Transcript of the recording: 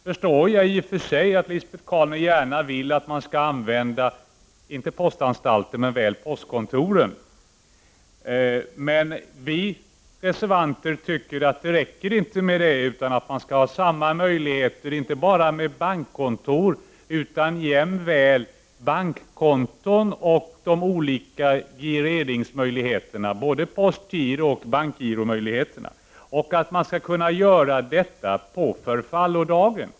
IT och för sig förstår jag att Lisbet Calner gärna vill att man skall använda inte postanstalter men väl postkontor. Det räcker inte med det, tycker vi reservanter. Man skall ha samma möjligheter med inte bara bankkontor utan jämväl bankkonton och de olika gireringssätten, både postgiro och bankgiro. Och detta skall man kunna göra på förfallodagen.